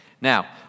Now